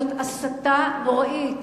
זאת הסתה נוראית.